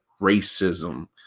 racism